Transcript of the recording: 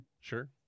Sure